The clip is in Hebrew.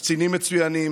יש קצינים מצוינים,